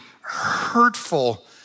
hurtful